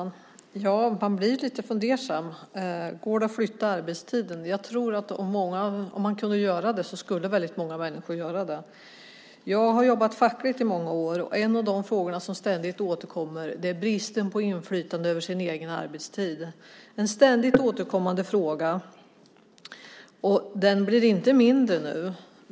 Fru talman! Man blir ju lite fundersam. Går det att flytta arbetstiden? Om det gick skulle väldigt många människor göra det redan. Jag har jobbat fackligt i många år, och en av de frågor som ständigt återkommer är bristen på inflytande över sin egen arbetstid. Den frågan blir inte mindre nu.